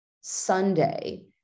Sunday